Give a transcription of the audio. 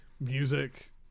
music